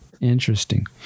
Interesting